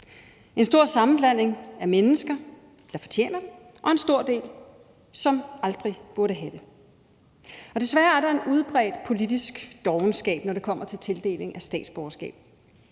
en stor sammenblanding af mennesker, hvor en del fortjener det og en stor del aldrig burde have det. Desværre er der en udbredt politisk dovenskab, når det kommer til tildeling af statsborgerskaber.